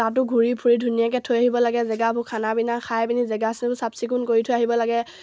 তাতো ঘূৰি ফুৰি ধুনীয়াকৈ থৈ আহিব লাগে জেগাবোৰ খানা পিনা খাই পিনি জেগাখিনি চাফচিকুণ কৰি থৈ আহিব লাগে